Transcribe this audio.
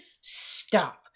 stop